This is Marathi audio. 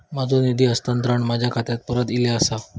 माझो निधी हस्तांतरण माझ्या खात्याक परत इले आसा